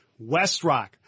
Westrock